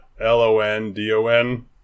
L-O-N-D-O-N